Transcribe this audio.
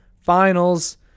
Finals